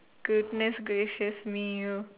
goodness gracious me you